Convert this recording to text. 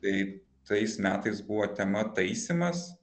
tai tais metais buvo tema taisymas